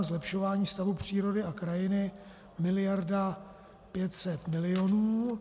Zlepšování stavu přírody a krajiny miliarda 500 milionů.